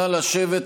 נא לשבת,